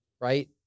right